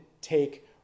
take